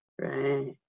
Right